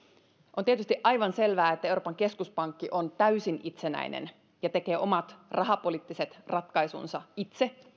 on tietysti aivan selvää että euroopan keskuspankki on täysin itsenäinen ja tekee omat rahapoliittiset ratkaisunsa itse